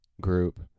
group